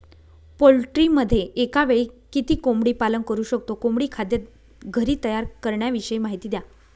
पोल्ट्रीमध्ये एकावेळी किती कोंबडी पालन करु शकतो? कोंबडी खाद्य घरी तयार करण्याविषयी माहिती द्या